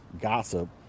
gossip